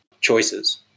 choices